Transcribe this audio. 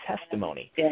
testimony